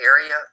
area